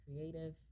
creative